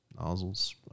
Nozzles